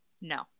no